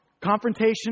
confrontation